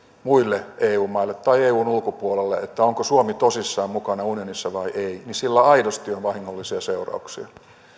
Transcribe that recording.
muille eu maille tai eun ulkopuolelle onko suomi tosissaan mukana unionissa vai ei niin sillä aidosti on vahingollisia seurauksia